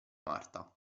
marta